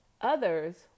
Others